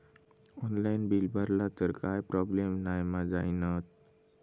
Online bill भरला तर काय प्रोब्लेम नाय मा जाईनत?